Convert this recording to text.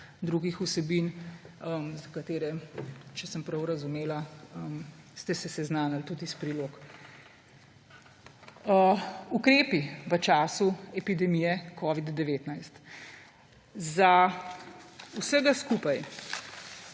drugih vsebin, za katere, če sem prav razumela, ste se seznanili tudi iz prilog. Ukrepi v času epidemije covid-19. za vsega skupaj,